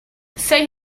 say